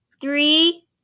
Three